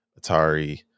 Atari